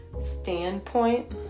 standpoint